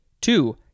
two